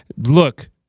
look